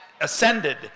ascended